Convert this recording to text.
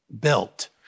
built